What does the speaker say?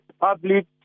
public